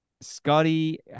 Scotty